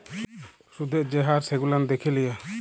সুদের যে হার সেগুলান দ্যাখে লিয়া